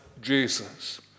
Jesus